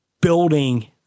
building